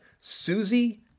Susie